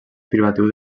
privatiu